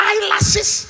Eyelashes